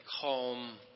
calm